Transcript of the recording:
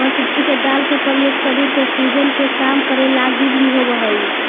मसूरी के दाल के प्रयोग शरीर के सूजन के कम करे लागी भी होब हई